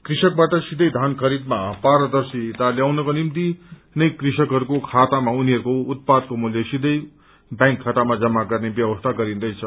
कृषकबाट सीथै धान खरीदमा पारदर्शिता ल्याउनको निम्ति नै कृषकहरूको खातामा उनीहरूको उत्पादको मूल्य सीथै उनीहरूको ब्यांक खातामा जम्मा गर्ने ब्यवस्था गरिँदैछ